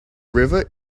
river